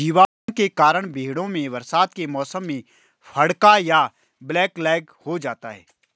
जीवाणुओं के कारण भेंड़ों में बरसात के मौसम में फड़का या ब्लैक लैग हो जाता है